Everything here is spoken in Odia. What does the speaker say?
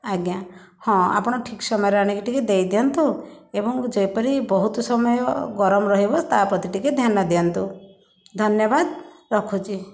ଆଜ୍ଞା ହଁ ଆପଣ ଠିକ୍ ସମୟରେ ଆଣିକି ଟିକେ ଦେଇ ଦିଅନ୍ତୁ ଏବଂ ଯେପରି ବହୁତ ସମୟ ଗରମ ରହିବ ତା ପ୍ରତି ଟିକେ ଧ୍ୟାନ ଦିଅନ୍ତୁ ଧନ୍ୟବାଦ ରଖୁଛି